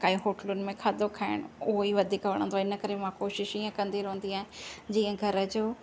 काई होटलुनि में खाधो खाइणु उहो ई वधीक वणंदो आहे इन करे मां कोशिशि ईअं कंदी रहंदी आहे जीअं घर जो